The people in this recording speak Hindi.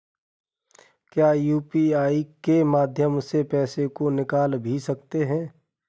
क्या यू.पी.आई के माध्यम से पैसे को निकाल भी सकते हैं?